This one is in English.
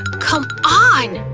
come on!